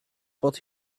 but